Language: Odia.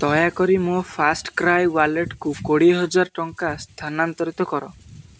ଦୟାକରି ମୋ ଫାର୍ଷ୍ଟ୍କ୍ରାଏ ୱାଲେଟକୁ କୋଡ଼ିଏ ହଜାର ଟଙ୍କା ସ୍ଥାନାନ୍ତରିତ କର